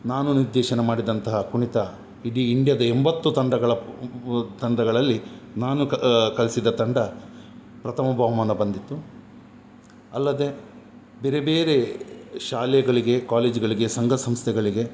ನಾನು ನಿರ್ದೇಶನ ಮಾಡಿದಂತಹ ಕುಣಿತ ಇಡೀ ಇಂಡಿಯದ ಎಂಬತ್ತು ತಂಡಗಳ ತಂಡಗಳಲ್ಲಿ ನಾನು ಕ ಕಲಿಸಿದ ತಂಡ ಪ್ರಥಮ ಬಹುಮಾನ ಬಂದಿತ್ತು ಅಲ್ಲದೆ ಬೇರೆ ಬೇರೆ ಶಾಲೆಗಳಿಗೆ ಕಾಲೇಜುಗಳಿಗೆ ಸಂಘ ಸಂಸ್ಥೆಗಳಿಗೆ